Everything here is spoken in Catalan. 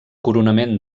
coronament